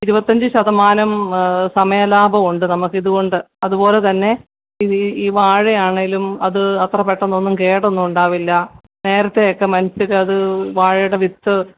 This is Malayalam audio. ഇരുപത്തിയഞ്ച് ശതമാനം സമയലാഭമുണ്ട് നമുക്ക് ഇതുകൊണ്ട് അതുപോലെ തന്നെ ഈ ഈ വാഴയാണെങ്കിലും അത് അത്ര പെട്ടെന്നൊന്നും കേടൊന്നുമുണ്ടാകില്ല നേരത്തെയൊക്കെ മനുഷ്യരത് വാഴയുടെ വിത്ത്